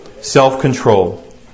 Self-control